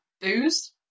booze